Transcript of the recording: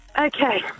Okay